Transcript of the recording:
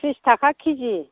त्रिस ताका के जि